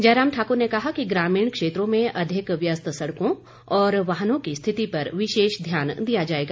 जयराम ठाक्र ने कहा कि ग्रामीण क्षेत्रों में अधिक व्यस्त सड़कों और वाहनों की स्थिति पर विशेष ध्यान दिया जाएगा